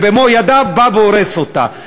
ובמו-ידיו בא והורס אותה,